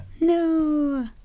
No